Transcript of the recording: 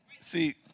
see